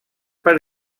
per